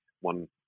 One